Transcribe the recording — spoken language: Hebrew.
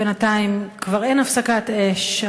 בינתיים כבר אין הפסקת אש,